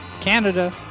Canada